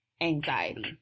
anxiety